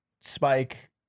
spike